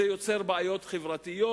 זה יוצר בעיות חברתיות,